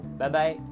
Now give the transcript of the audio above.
Bye-bye